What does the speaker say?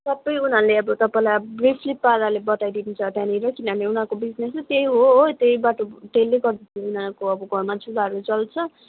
सबै उनीहरूले अब तपाईँलाई अब ब्रिफली पाराले बताइदिन्छ त्यहाँनिर किनभने उनीहरूको बिजनेस नै त्यही हो हो त्यहीबाट त्यसले गर्दाखेरि उनीहरूको अब घरमा चुल्हाहरू जल्छ